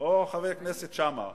או חבר הכנסת שאמה.